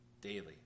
daily